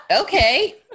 Okay